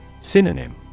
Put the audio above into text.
Synonym